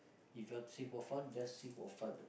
if you're try for fun just sing for fun ah